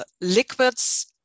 liquids